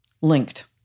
Linked